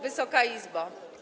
Wysoka Izbo!